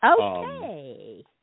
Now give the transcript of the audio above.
Okay